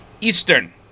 Eastern